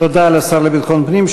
תודה לשר לביטחון פנים.